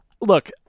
look –